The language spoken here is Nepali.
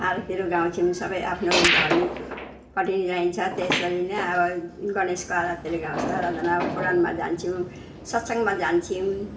आरतीहरू गाउँछौँ सबै आफ्नो धार्मिकपट्टि नि जाइन्छ त्यसरी नै अब गणेशको आरतीहरू गाउँछौँ आराधना अब पुराणमा जान्छु सत्सङमा जान्छौँ